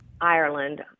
Ireland